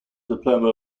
diploma